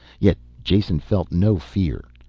yet jason felt no fear.